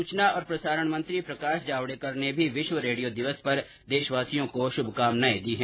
सूचना और प्रसारण मंत्री प्रकाश जावडेकर ने भीविश्व रेडियो दिवस पर देशवासियों को शुभकामनाएं दी है